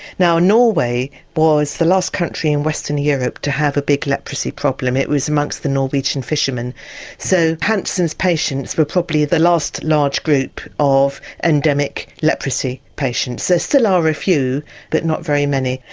now norway was the last country in western europe to have a big leprosy problem, it was amongst the norwegian fishermen so hanson's patients were probably the last large group of endemic leprosy patients. there still are a few but not very many.